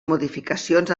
modificacions